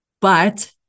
But-